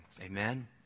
Amen